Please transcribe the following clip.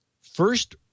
first